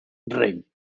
rey